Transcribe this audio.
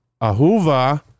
Ahuva